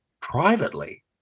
privately